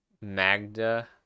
Magda